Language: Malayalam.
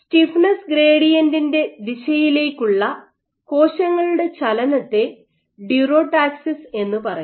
സ്റ്റിഫ്നെസ്സ് ഗ്രേഡിയന്റിന്റെ ദിശയിലേക്കുള്ള കോശങ്ങളുടെ ചലനത്തെ ഡ്യൂറോടാക്സിസ് എന്നു പറയുന്നു